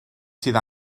sydd